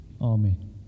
Amen